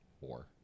War